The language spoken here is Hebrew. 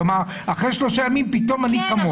כלומר אחרי שלושה ימים פתאום אני כמוך,